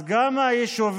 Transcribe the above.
אז גם היישובים